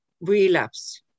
relapse